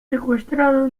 secuestrado